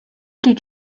did